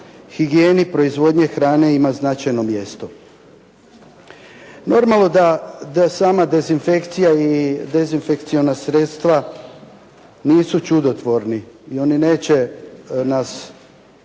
higijeni proizvodnje hrane ima značajno mjesto. Normalno da sama dezinfekcija i dezinfekciona sredstva nisu čudotvorni i oni neće nas spriječiti